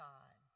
God